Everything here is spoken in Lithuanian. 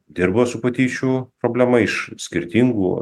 dirba su patyčių problema iš skirtingų